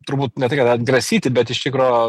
turbūt ne tai kad atgrasyti bet iš tikro